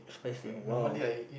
spicy !wow!